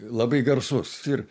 labai garsus ir